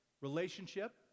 Relationship